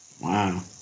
Wow